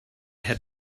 had